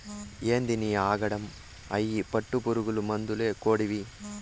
ఏందినీ ఆగడం, అయ్యి పట్టుపురుగులు మందేల కొడ్తివి